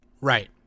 right